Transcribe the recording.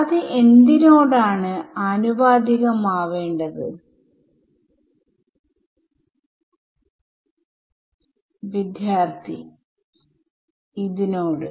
ഇത് ന്യൂമെറിക്കൽ അനാലിസിസിലെ ഒരു സാധാരണ ടെക്നിക്ക് ആണ്